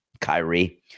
Kyrie